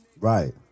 Right